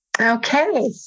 Okay